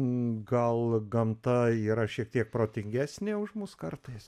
gal gamta yra šiek tiek protingesnė už mus kartais